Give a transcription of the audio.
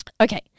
Okay